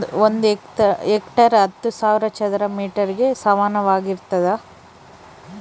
ಒಂದು ಹೆಕ್ಟೇರ್ ಹತ್ತು ಸಾವಿರ ಚದರ ಮೇಟರ್ ಗೆ ಸಮಾನವಾಗಿರ್ತದ